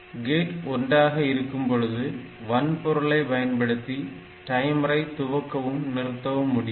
gate 1 ஆக இருக்கும்பொழுது வன்பொருளை பயன்படுத்தி டைமரை துவங்கவும் நிறுத்தவும் முடியும்